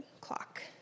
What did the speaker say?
clock